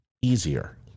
easier